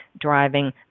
driving